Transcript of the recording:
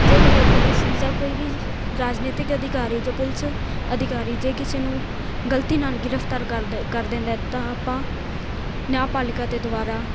ਜੇ ਕਦੇ ਪੁਲਿਸ ਜਾਂ ਕੋਈ ਵੀ ਰਾਜਨੀਤਿਕ ਅਧਿਕਾਰੀ ਜਾਂ ਪੁਲਿਸ ਅਧਿਕਾਰੀ ਜੇ ਕਿਸੇ ਨੂੰ ਗਲਤੀ ਨਾਲ ਗ੍ਰਿਫਤਾਰ ਕਰ ਕਰ ਦਿ ਦਿੰਦਾ ਹੈ ਤਾਂ ਆਪਾਂ ਨਿਆਂਪਾਲਿਕਾ ਦੇ ਦੁਆਰਾ